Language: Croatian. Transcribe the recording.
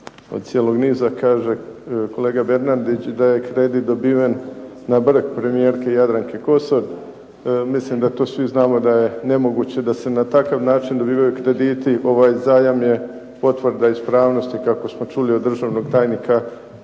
od cijelog niza. Kaže kolega Bernardić da je kredit dobiven na brk premijerke Jadranke Kosor. Mislim da to svi znamo da je nemoguće da se na takav način dobivaju krediti. Ovaj zajam je potvrda ispravnosti, kako smo čuli od državnog tajnika,